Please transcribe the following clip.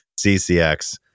CCX